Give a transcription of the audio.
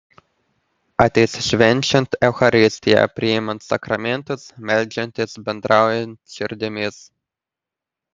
ateis švenčiant eucharistiją priimant sakramentus meldžiantis bendraujant širdimis